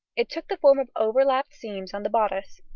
it took the form of overlapped seams on the bodice.